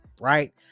right